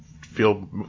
feel